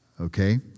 okay